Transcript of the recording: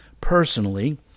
personally